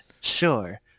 sure